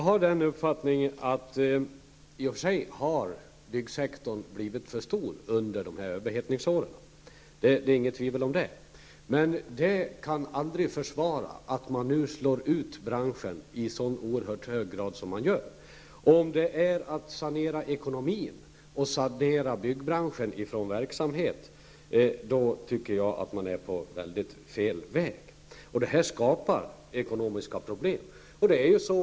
Herr talman! I och för sig har byggsektorn blivit för stor under dessa överhettningsår. Det råder inget tvivel om det. Men det kan aldrig försvara att man nu slår ut branschen i så oerhört hög grad som nu sker. Om detta är att sanera ekonomin och byggbranschen från verksamhet, tycker jag att man är på helt fel väg. Det skapar ekonomiska problem.